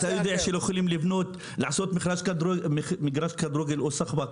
אתה יודע שלא יכולים לבנות מגרש כדורגל או מגרש שחב"ק,